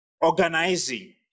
organizing